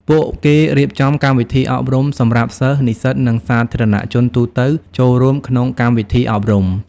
ពួកគេរៀបចំកម្មវិធីអប់រំសម្រាប់សិស្ស និស្សិត និងសាធារណជនទូទៅចូលរួមក្នុងកម្មវិធីអប់រំ។